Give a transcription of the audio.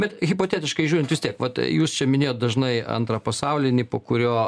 bet hipotetiškai žiūrint vis tiek vat jūs čia minėjot dažnai antrą pasaulinį po kurio